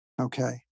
Okay